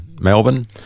Melbourne